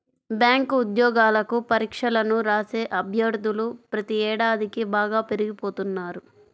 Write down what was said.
bank ఉద్యోగాలకు పరీక్షలను రాసే అభ్యర్థులు ప్రతి ఏడాదికీ బాగా పెరిగిపోతున్నారు